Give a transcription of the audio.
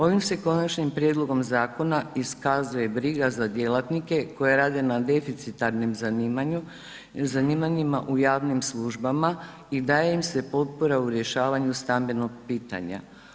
Ovim se konačnim prijedlogom zakona iskazuje briga za djelatnike koji rade na deficitarnim zanimanjima u javnim službama i daje im se potpora u rješavanju stambenog pitanja.